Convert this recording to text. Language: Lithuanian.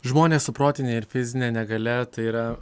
žmonės su protine ir fizine negalia tai yra